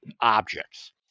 objects